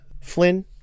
Flynn